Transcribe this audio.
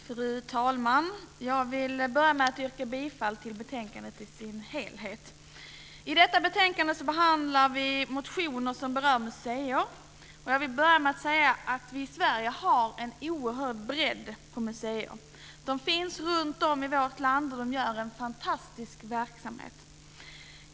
Fru talman! Jag vill börja med att yrka bifall till utskottets förslag i betänkandet. I detta betänkande behandlar vi motioner som berör museer. Först vill jag säga att vi i Sverige har en oerhörd bredd på museerna. De finns runtom i vårt land, och de har en fantastisk verksamhet.